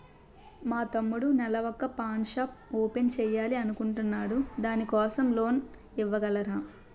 మా తమ్ముడు నెల వొక పాన్ షాప్ ఓపెన్ చేయాలి అనుకుంటునాడు దాని కోసం లోన్ ఇవగలరా?